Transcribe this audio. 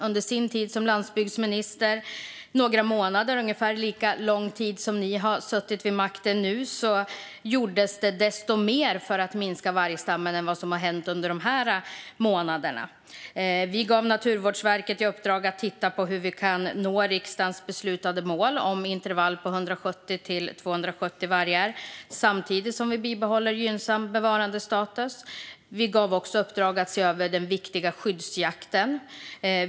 Under hennes tid som landsbygdsminister, ungefär lika lång tid som ni har suttit vid makten, gjordes det mer för att minska vargstammen än vad som har hänt under de här månaderna. Vi gav Naturvårdsverket i uppdrag att titta på hur vi kan nå riksdagens beslutade mål om intervall på 170-270 vargar, samtidigt som vi bibehåller gynnsam bevarandestatus. Vi gav också uppdrag att se över den viktiga skyddsjakten.